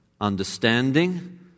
understanding